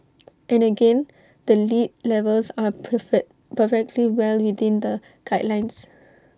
and again the lead levels are perfect perfectly well within the guidelines